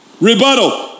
Rebuttal